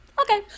okay